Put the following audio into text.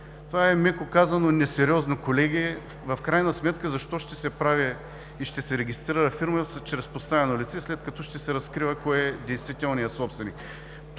Това е меко казано несериозно, колеги. В крайна сметка защо ще се прави и ще се регистрира фирма чрез подставено лице, след като ще се разкрива кой е действителният собственик?